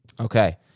Okay